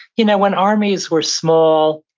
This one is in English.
you know when armies were small,